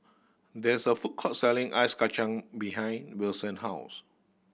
there is a food court selling ice kacang behind Wilson house